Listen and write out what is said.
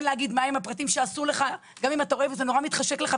כן להגיד מה הפרטים שאסור לך גם אם אתה רואה ונורא מתחשק לך,